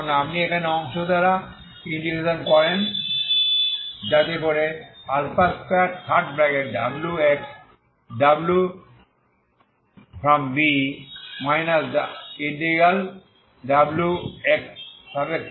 এখন আপনি এখানে অংশ দ্বারা ইন্টিগ্রেশন করেন যাতে আপনার 2wxw